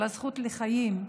על הזכות לחיים,